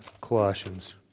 Colossians